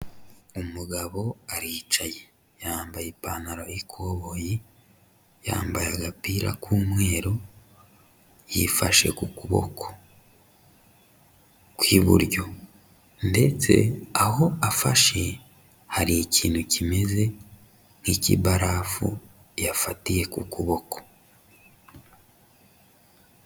Umugabo aricaye, yambaye ipantaro y'ikoboyi, yambaye agapira k'umweru, yifashe ku kuboko ku iburyo ndetse aho afashe hari ikintu kimeze nk'ikibarafu yafatiye ku kuboko.